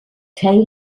tail